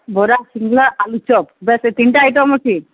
ବରା ସିଙ୍ଗଡ଼ା ଆଳୁଚପ୍ ବାସ୍ ଏଇ ତିନିଟା ଆଇଟମ୍ ଅଛି